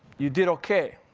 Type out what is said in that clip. you did okay.